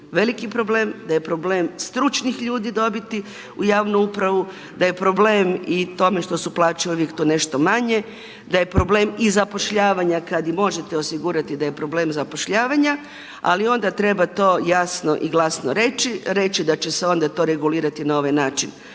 veliki problem, da je problem stručnih ljudi dobiti u javnu upravu, da je problem i tome što su plaće uvijek tu nešto manje, da je problem i zapošljavanja kada i možete osigurati da je problem zapošljavanja ali onda treba to jasno i glasno reći, reći da će se onda to regulirati na ovaj način.